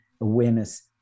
awareness